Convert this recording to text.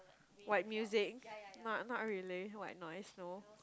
white music not not really white voice no